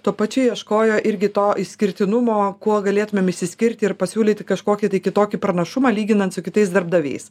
tuo pačiu ieškojo irgi to išskirtinumo kuo galėtumėm išsiskirti ir pasiūlyti kažkokį kitokį pranašumą lyginant su kitais darbdaviais